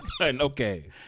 Okay